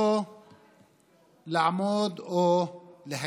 בעל כורחה, לא לעמוד או להקשיב